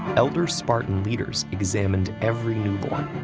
elder spartan leaders examined every newborn.